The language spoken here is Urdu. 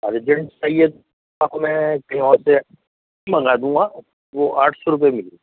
ارجنٹ چاہیے آپ کو میں کہیں اور سے منگا دوں گا وہ آٹھ سو روپے میں